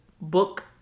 book